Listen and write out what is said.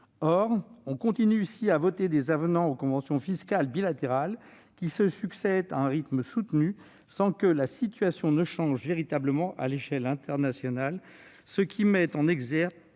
Or on continue ici à voter des avenants aux conventions fiscales bilatérales à un rythme soutenu, sans que la situation change véritablement à l'échelle internationale, ce qui met en évidence